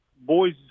Boys